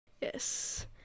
Yes